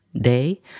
day